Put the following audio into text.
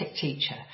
teacher